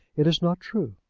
it is not true.